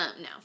no